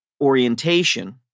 orientation